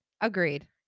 Agreed